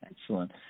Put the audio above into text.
Excellent